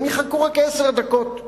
הם יחכו רק עשר דקות,